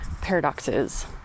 paradoxes